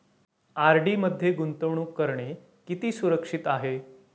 RD मध्ये गुंतवणूक करणे किती सुरक्षित आहे?